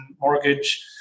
mortgage